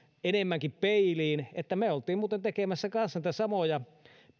enemmänkin peiliin että me olimme muuten tekemässä kanssa näitä samoja